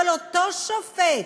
אבל אותו שופט,